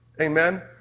Amen